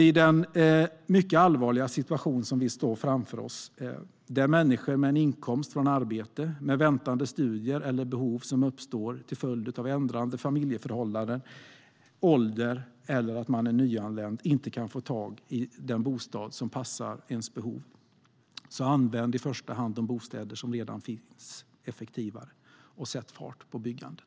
I den mycket allvarliga situation vi ser framför oss kan inte människor med en inkomst från arbete, med väntande studier eller behov som uppstår till följd av ändrade familjeförhållanden, ålder eller att man är nyanländ få tag i bostäder som passar behoven. Använd i första hand de bostäder som redan finns effektivare och sätt fart på byggandet!